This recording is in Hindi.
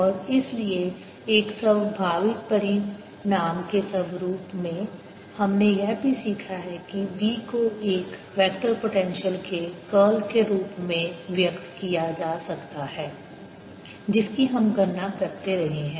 और इसलिए एक स्वाभाविक परिणाम के रूप में हमने यह भी सीखा है कि B को एक वेक्टर पोटेंशियल के कर्ल के रूप में व्यक्त किया जा सकता है जिसकि हम गणना करते रहे हैं